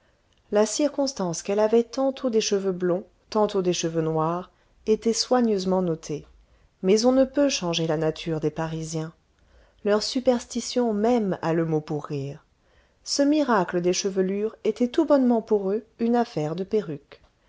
la circonstance qu'elle avait tantôt des cheveux blonds tantôt des cheveux noirs était soigneusement notée mais on ne peut changer la nature des parisiens leur superstition même a le mot pour rire ce miracle des chevelures était tout bonnement pour eux une affaire de perruques